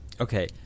Okay